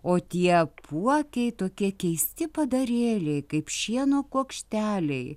o tie puokiai tokie keisti padarėliai kaip šieno kuokšteliai